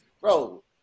bro